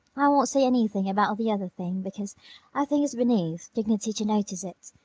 i won't say anything about the other thing because i think it's beneath, dignity to notice it.